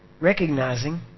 recognizing